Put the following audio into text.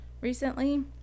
recently